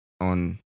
on